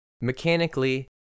mechanically